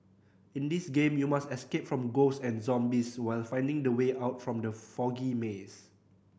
in this game you must escape from ghosts and zombies while finding the way out from the foggy maze